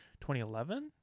2011